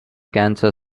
cancer